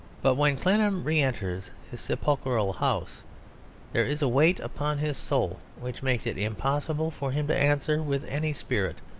but when clennam re-enters his sepulchral house there is a weight upon his soul which makes it impossible for him to answer, with any spirit,